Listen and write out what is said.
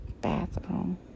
bathroom